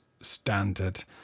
standard